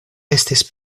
estis